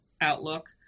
outlook